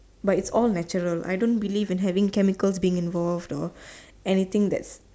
but is all natural I don't believe in having chemical thing involved or anything that's